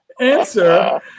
answer